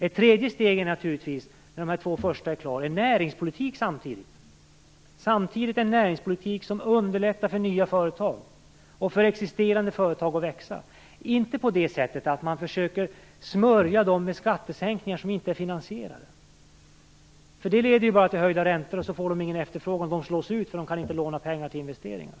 Ett tredje steg, när de två första är avklarade, är naturligtvis en näringspolitik som samtidigt underlättar för nya företag och existerande företag att växa. Det skall inte ske på det sättet att man försöker smörja dem med skattesänkningar som inte är finansierade. Det leder ju bara till höjda räntor. Då får de inte någon efterfrågan och slås ut eftersom de inte kan låna pengar till investeringar.